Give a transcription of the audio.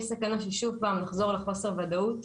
יש סכנה ששוב פעם נחזור לחוסר ודאות.